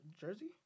jersey